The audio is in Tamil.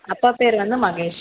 அப்பா பேர் வந்து மகேஷ்